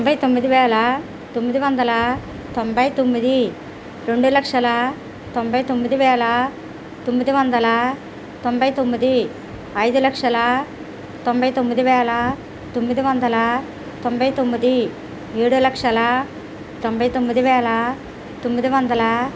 తొంభై తొమ్మిది వేల తొమ్మిది వందల తొంభై తొమ్మిది రెండు లక్షల తొంభై తొమ్మిది వేల తొమ్మిది వందల తొంభై తొమ్మిది ఐదులక్షల తొంభై తొమ్మిది వేల తొమ్మిది వందల తొంభై తొమ్మిది ఏడు లక్షల తొంభై తొమ్మిది వేల తొమ్మిది వందల